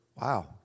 Wow